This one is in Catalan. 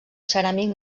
ceràmic